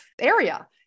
area